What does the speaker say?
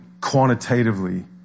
quantitatively